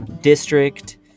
district